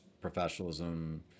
professionalism